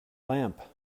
lamp